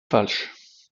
falsch